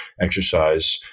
exercise